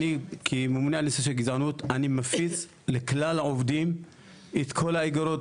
כממונה על נושא של גזענות אני מפיץ לכלל העובדים את כל האגרות,